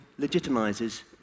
legitimizes